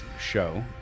show